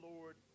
Lord